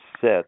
set